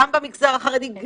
גם במגזר החרדי,